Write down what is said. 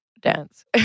dance